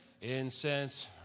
incense